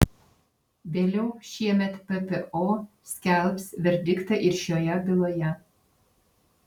vėliau šiemet ppo skelbs verdiktą ir šioje byloje